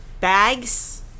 bags